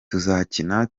tuzakina